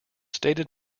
stated